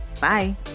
Bye